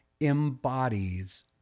embodies